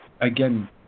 again